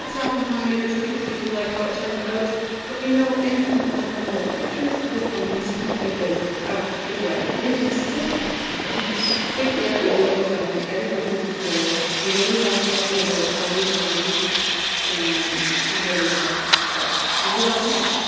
rap on how i made this hoodie if you like, how it turned out let me know and you can also find more pictures of it on my instagram it is at with wendy if you still haven't subscribed click here, and you won't miss out on any of my future tutorials i'm going to move on to talking about adding designs and my halloween stuff so this is your last chance,